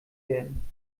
werden